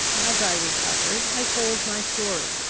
as i recovered, i told my story,